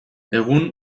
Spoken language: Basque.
egun